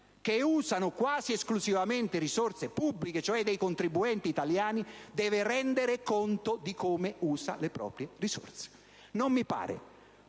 che usano quasi esclusivamente risorse pubbliche, cioè dei contribuenti italiani) deve rendere conto di come usa le proprie risorse. Non mi pare